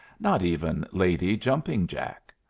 not even lady jumping jack.